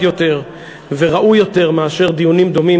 יותר וראוי יותר מאשר דיונים דומים,